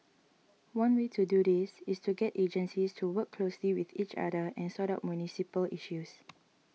one way to do this is to get agencies to work closely with each other and sort out municipal issues